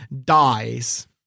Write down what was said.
dies